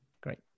Great